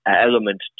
element